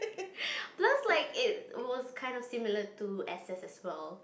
looks like it was kind of similar to S_S as well